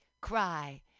cry